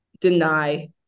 deny